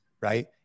right